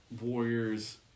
Warriors